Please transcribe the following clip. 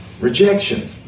rejection